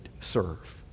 serve